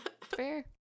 fair